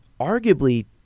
arguably